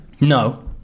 no